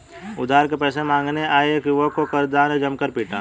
उधार के पैसे मांगने आये एक युवक को कर्जदार ने जमकर पीटा